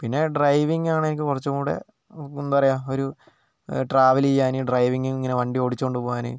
പിന്നെ ഡ്രൈവിംഗ് ആണ് എനിക്ക് കുറച്ചും കൂടി എന്താ പറയുക ഒരു ട്രാവല് ചെയ്യാൻ ഡ്രൈവിംഗ് ഇങ്ങനെ വണ്ടി ഓടിച്ചുകൊണ്ട് പോവാൻ